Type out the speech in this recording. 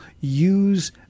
Use